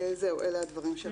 זהו, אלה הדברים שרציתי להגיד.